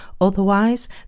Otherwise